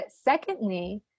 secondly